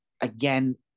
again